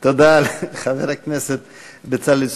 תודה רבה לחבר הכנסת בצלאל סמוטריץ.